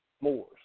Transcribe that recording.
Moors